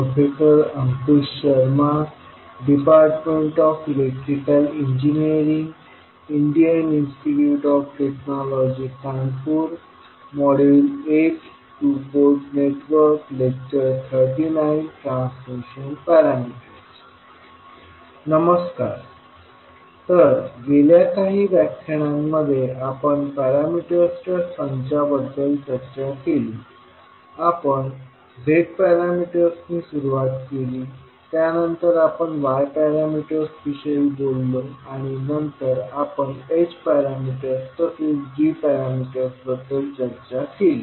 नमस्कार तर गेल्या काही व्याख्यानांमध्ये आपण पॅरामीटर्सच्या संचाबद्दल चर्चा केली आपण z पॅरामीटर्सनी सुरुवात केली त्यानंतर आपण y पॅरामीटर्स विषयी बोललो आणि नंतर आपण h पॅरामीटर्स तसेच g पॅरामीटर्स बद्दल चर्चा केली